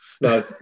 No